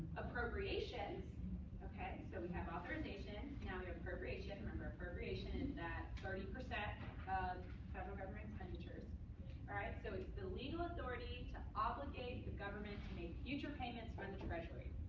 appropriations ok? so we have authorization. now the appropriation. remember, appropriation in that thirty percent of federal government expenditures. all right? so it's the legal authority to obligate the government to make future payments from and the treasury.